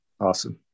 Awesome